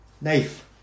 Knife